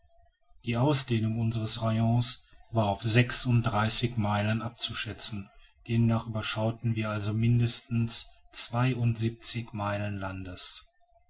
die ausdehnung unseres rayons war auf sechsunddreißig meilen abzuschätzen demnach überschauten wir also mindestens zweiundsiebzig meilen landes